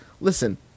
Listen